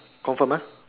confirm ah